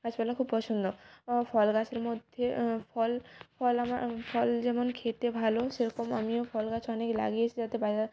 গাছপালা খুব পছন্দ ফল গাছের মধ্যে ফল ফল আমার ফল যেমন খেতে ভালো সেরকম আমিও ফল গাছ অনেকে লাগিয়েছি যাতে বাজার